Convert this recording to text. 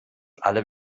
alle